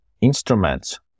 instruments